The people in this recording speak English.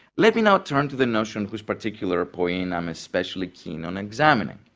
let me now turn to the notion whose particular poiein i'm especially keen on examining.